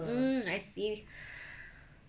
mm I see